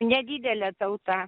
nedidelė tauta